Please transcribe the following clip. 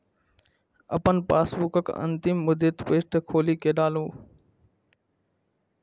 अपन पासबुकक अंतिम मुद्रित पृष्ठ खोलि कें डालू